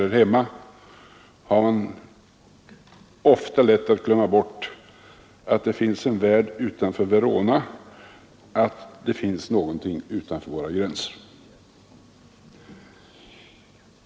Här hemma har man ofta lätt att glömma bort att dei finns en värld utanför Verona, att det finns någonting utanför våra gränser.